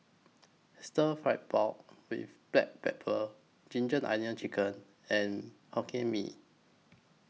Stir Fry Pork with Black Pepper Ginger Onions Chicken and Hokkien Mee